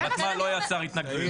הוותמ"ל לא יצר התנגדויות.